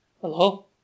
Hello